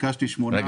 ביקשתי 8 מיליון שקל.